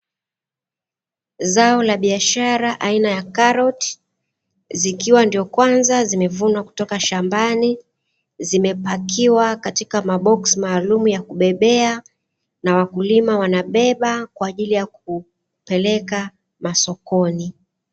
Zao la biashara aina ya karoti, zikiwa ndio kwanza zimevunwa kutoka shambani, zimepakiwa katika maboksi maalumu ya kubebea na wakulima wanabeba kwa ajili ya kupeleka masokoni.